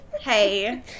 hey